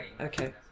okay